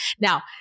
Now